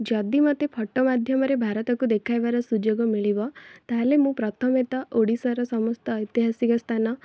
ଯଦି ମୋତେ ଫଟୋ ମାଧ୍ୟମରେ ଭାରତକୁ ଦେଖାଇବାର ସୁଯୋଗ ମିଳିବ ତା'ହେଲେ ମୁଁ ପ୍ରଥମତଃ ଓଡ଼ିଶାର ସମସ୍ତ ଐତିହାସିକ ସ୍ଥାନ